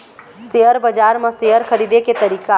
Share बजार म share खरीदे के तरीका?